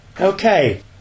Okay